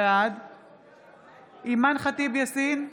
בעד אימאן ח'טיב יאסין,